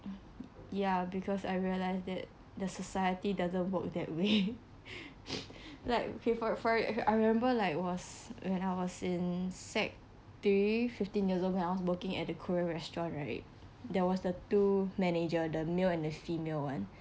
ya because I realised that the society doesn't work that way like okay for for I remember like was when I was in sec three fifteen-years-old when I was working at the korean restaurant right there was the two manager the male and the female [one]